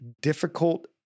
difficult